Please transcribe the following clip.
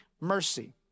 mercy